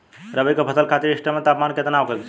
रबी क फसल खातिर इष्टतम तापमान केतना होखे के चाही?